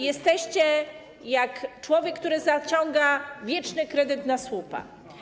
Jesteście jak człowiek, który zaciąga wieczny kredyt na słupa.